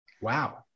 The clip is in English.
Wow